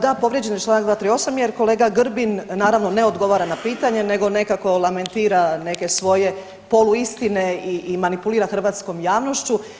Da, povrijeđen je čl. 238. jer kolega Grbin naravno ne odgovara na pitanje nego nekako lamentira neke svoje poluistine i manipulira hrvatskom javnošću.